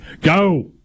go